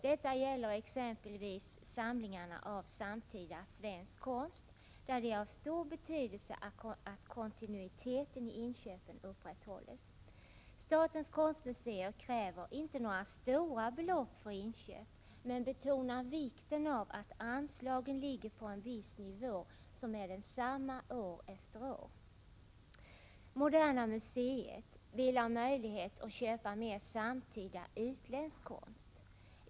Detta gäller exempelvis samlingarna av samtida svensk konst, där det är av stor betydelse att kontinuiteten i inköpen upprätthålls. Statens konstmuseer kräver inte några stora belopp för inköp men betonar vikten av att anslagen ligger på en viss nivå, som är densamma år efter år. Moderna museet vill ha möjlighet att köpa mer samtida utländsk konst.